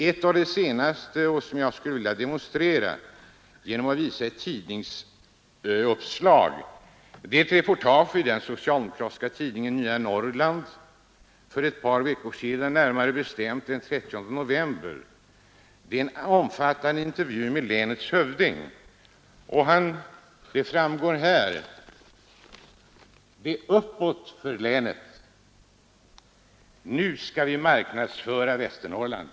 Ett av de senaste, som jag skulle vilja demonstrera genom att visa upp ett tidningsuppslag, är ett reportage i den socialdemokratiska tidningen Nya Norrland för ett par veckor sedan, närmare bestämt den 30 november. Det är en omfattande intervju med länets hövding. Det framgår här att det är ”Uppåt för länet” och ”Nu skall vi marknadsföra Västernorrland ”.